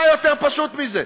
מה יותר פשוט מזה?